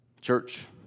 Church